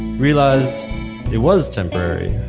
realized it was temporary.